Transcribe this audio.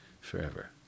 forever